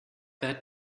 that